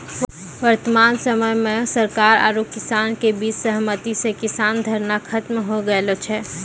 वर्तमान समय मॅ सरकार आरो किसान के बीच सहमति स किसान धरना खत्म होय गेलो छै